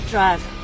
Drive